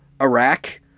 Iraq